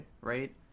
right